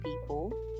people